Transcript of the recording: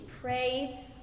Pray